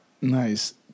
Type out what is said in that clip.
Nice